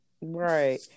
right